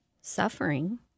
suffering